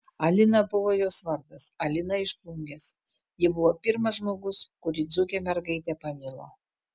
alina buvo jos vardas alina iš plungės ji buvo pirmas žmogus kurį dzūkė mergaitė pamilo